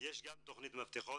יש גם את תכנית "מפתחות"